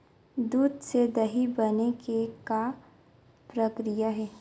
दूध से दही बने के का प्रक्रिया हे?